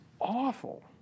awful